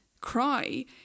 cry